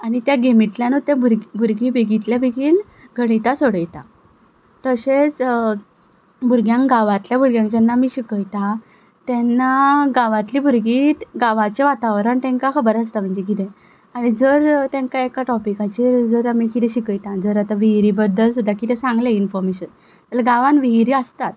आनी त्या गॅमींतल्यानूच तीं भुरगीं बेगिंतल्या बेगीन गणितां सोडयता तशेंच भुरग्यांक गांवांतल्या भुरग्यांक जेन्ना आमी शिकयता तेन्ना गांवांतलीं भुरगीं गांवाच्या वातावरण तेंकां खबर आसता म्हणजे किदें आनी जर तांकां एका टॉपिकाचेर जर आमी किदें शिकयता जर आतां विहिरी बद्दल सुद्दां किदेंय सांगलें इनफोरमेशन जाल्यार गांवांन विहिरी आसताच